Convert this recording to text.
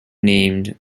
named